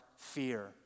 fear